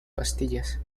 pastillas